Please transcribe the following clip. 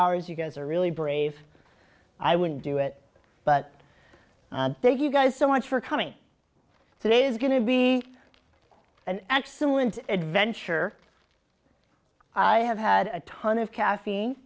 hours you guys are really brave i wouldn't do it but thank you guys so much for coming today is going to be an excellent adventure i have had a ton of caffeine